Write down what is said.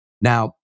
Now